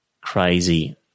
crazy